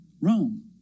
Rome